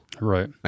Right